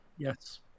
Yes